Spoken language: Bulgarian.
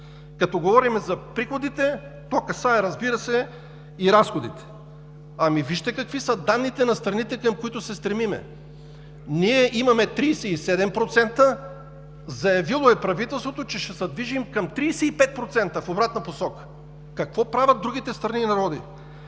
Като говорим за приходите, това касае, разбира се, и разходите. Ами, вижте какви са данните на страните, към които се стремим. Ние имаме 37%, правителството е заявило, че ще се движим към 35% – в обратна посока. Какво правят другите страни и народи?